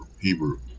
Hebrew